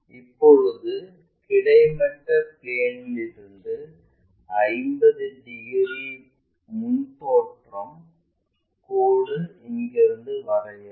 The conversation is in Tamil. இப்போது கிடைமட்ட பிளேன்லிருந்து 50 டிகிரி முன் தோற்றம் கோடு இங்கிருந்து வரையவும்